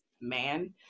man